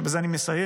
ובזה אני מסיים,